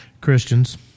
Christians